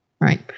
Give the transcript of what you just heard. Right